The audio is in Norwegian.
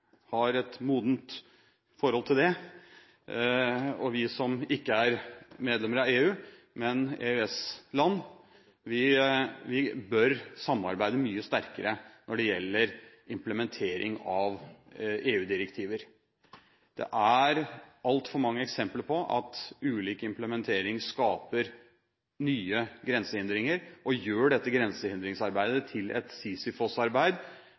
har et modent forhold til det, og vi som ikke er medlem av EU, men EØS-land, bør samarbeide mye sterkere når det gjelder implementering av EU-direktiver. Det er altfor mange eksempler på at ulik implementering skaper nye grensehindringer og gjør dette grensehindringsarbeidet til et